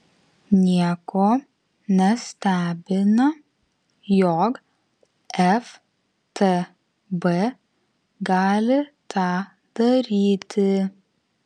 nieko nestebina jog ftb gali tą daryti